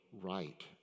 right